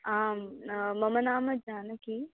आं मम नाम जानकी